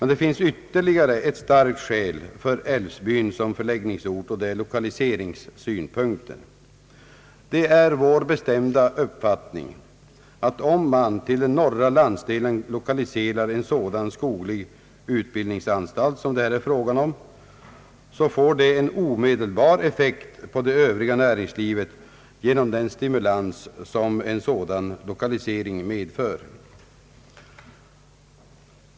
Det finns ytterligare ett starkt skäl för Älvsbyn som förläggningsort, och det är lokaliseringssynpunkten. Det är vår bestämda uppfattning att om man till den norra landsdelen lokaliserar en sådan skoglig utbildningsanstalt som det här är fråga om så får det en omedelbar effekt på det övriga näringslivet genom den stimulans som en sådan lokalisering medför.